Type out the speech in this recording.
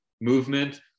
movement